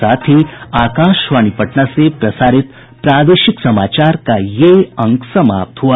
इसके साथ ही आकाशवाणी पटना से प्रसारित प्रादेशिक समाचार का ये अंक समाप्त हुआ